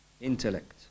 Intellect